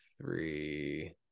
three